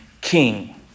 king